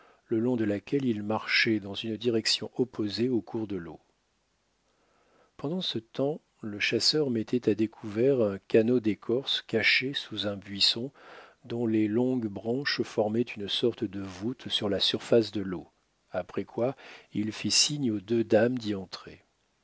le long de laquelle ils marchaient dans une direction opposée au cours de l'eau pendant ce temps le chasseur mettait à découvert un canot d'écorce caché sous un buisson dont les longues branches formaient une sorte de voûte sur la surface de l'eau après quoi il fit signe aux deux dames d'y entrer